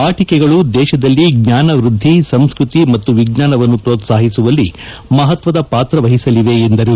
ಆಟಿಕೆಗಳು ದೇಶದಲ್ಲಿ ಜ್ಞಾನ ವೃದ್ದಿ ಸಂಸ್ಕೃತಿ ಮತ್ತು ವಿಜ್ಞಾನವನ್ನು ಪ್ರೋತ್ಪಾಹಿಸುವಲ್ಲಿ ಮಹತ್ವದ ಪಾತ್ರ ವಹಿಸಲಿವೆ ಎಂದರು